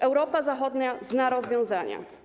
Europa Zachodnia zna rozwiązania.